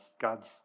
God's